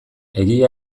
egia